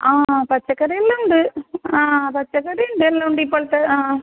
ആ പച്ചക്കറി എല്ലാം ഉണ്ട് ആ പച്ചക്കറി ഉണ്ട് എല്ലാം ഉണ്ട് ഇപ്പോഴത്തെ ആ